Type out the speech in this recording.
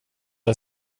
det